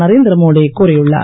நரேந்திர மோடி கூறியுள்ளார்